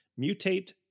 Mutate